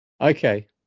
Okay